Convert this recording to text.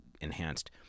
enhanced